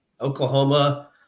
Oklahoma